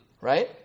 right